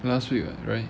last week lah right